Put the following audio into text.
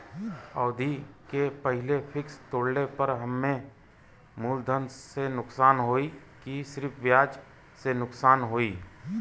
अवधि के पहिले फिक्स तोड़ले पर हम्मे मुलधन से नुकसान होयी की सिर्फ ब्याज से नुकसान होयी?